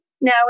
now